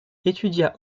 étudia